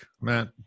Matt